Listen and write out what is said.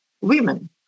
Women